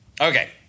Okay